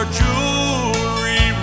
jewelry